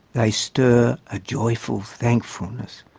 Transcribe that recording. they stir a joyful thankfulness.